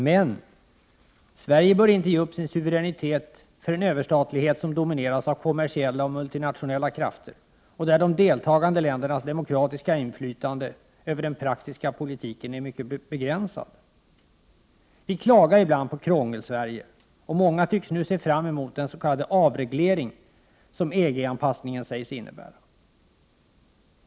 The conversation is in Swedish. Men Sverige bör inte ge upp sin suveränitet för en överstatlighet som domineras av kommersiella och multinationella krafter och där de deltagande ländernas demokratiska inflytande över den praktiska politiken är mycket begränsat. Vi klagar ibland på Krångelsverige, och många tycks nu se fram emot den s.k. avreglering som EG-anpassningen sägs innebära.